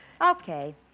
Okay